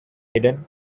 hidden